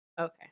Okay